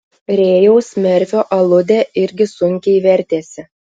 rėjaus merfio aludė irgi sunkiai vertėsi